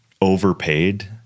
overpaid